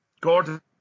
Gordon